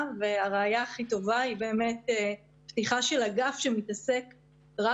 והראיה הכי טובה היא באמת פתיחה של אגף שמתעסק רק